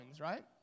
right